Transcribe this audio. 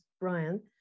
brian